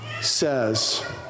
Says